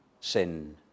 sin